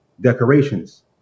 decorations